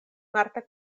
marta